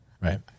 Right